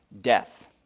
Death